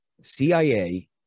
cia